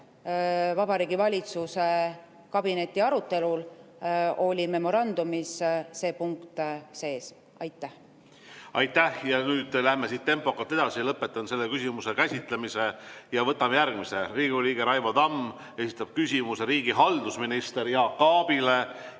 Vabariigi Valitsuse kabinetiarutelul oli memorandumis see punkt sees. Aitäh! Nüüd läheme siit tempokalt edasi. Lõpetan selle küsimuse käsitlemise. Võtame järgmise [küsimuse]. Riigikogu liige Raivo Tamm esitab küsimuse riigihalduse minister Jaak Aabile